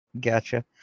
Gotcha